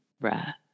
breath